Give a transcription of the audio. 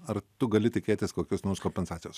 ar tu gali tikėtis kokios nors kompensacijos